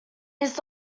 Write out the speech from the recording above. his